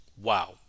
wow